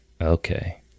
okay